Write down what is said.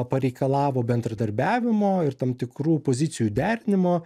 pareikalavo bendradarbiavimo ir tam tikrų pozicijų derinimo